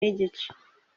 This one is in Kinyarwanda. nigice